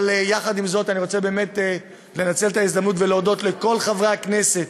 אבל יחד עם זאת אני רוצה לנצל את ההזדמנות ולהודות לכל חברי הכנסת